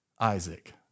Isaac